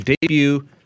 debut